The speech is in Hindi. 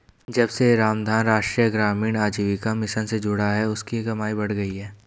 जब से रामधन राष्ट्रीय ग्रामीण आजीविका मिशन से जुड़ा है उसकी कमाई बढ़ गयी है